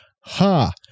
Ha